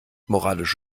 moralisch